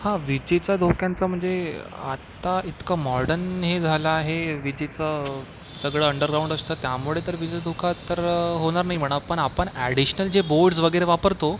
हां विजेचा धोक्यांचा म्हणजे आता इतकं मॉडर्न हे झालं आहे विजेचं सगळं अंडरग्राउंड असतं त्यामुळे तर विजेचा धोका तर होणार नाही म्हणा पण आपण ॲडिशनल जे बोर्ड्स वगैरे वापरतो